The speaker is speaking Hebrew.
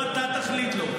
לא אתה תחליט לו.